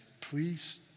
please